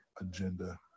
agenda